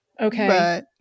Okay